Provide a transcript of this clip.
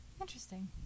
Interesting